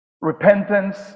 Repentance